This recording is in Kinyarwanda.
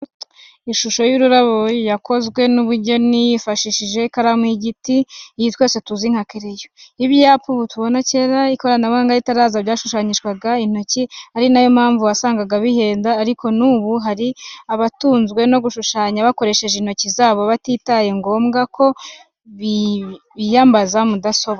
Ishusho y’ururabo yakozwe n’umunyabugeni yifashishije ikaramu y’igiti, iyi twese tuzi nka kereyo. Ibyapa ubu tubona, cyera ikoranabuhanga ritaraza byashushanyishwaga intoki, ari na yo mpamvu wasangaga bihenda, ariko n’ubu hari abatunzwe no gushushanya bakoresheje intoki zabo bitabaye ngombwa ko biyambaza mudasobwa.